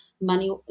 money